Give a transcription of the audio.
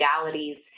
modalities